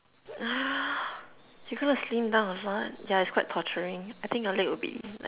you're gonna slim down a lot yeah it's quite torturing I think your leg will be like